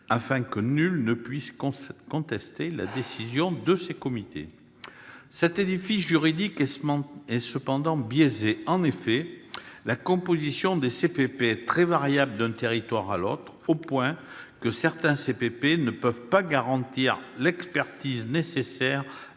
afin que nul ne puisse contester la décision de ces comités. Cet édifice juridique est cependant biaisé. En effet, la composition des CPP est très variable d'un territoire à l'autre, au point que certains de ces comités ne peuvent pas garantir l'expertise nécessaire